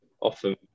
often